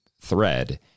thread